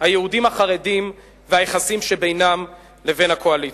היהודים החרדים והיחסים שבינם לבין הקואליציה.